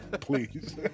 Please